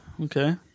Okay